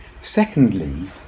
secondly